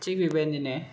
थिख बेबायदिनो